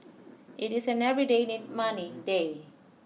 it is an everyday need money day